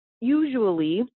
usually